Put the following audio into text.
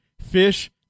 Fish